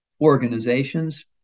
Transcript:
organizations